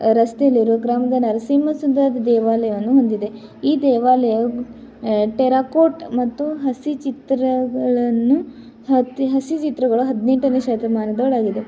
ರಸ್ತೆಲಿರೊ ಗ್ರಾಮದ ನರಸಿಂಹ ಸುಂದರದ ದೇವಾಲಯವನ್ನು ಹೊಂದಿದೆ ಈ ದೇವಾಲಯವು ಟೆರಾಕೋಟ್ ಮತ್ತು ಹಸಿ ಚಿತ್ರಗಳನ್ನು ಅತಿ ಹಸಿ ಚಿತ್ರಗಳು ಹದಿನೆಂಟನೇ ಶತಮಾನದೊಳಾಗಿದೆ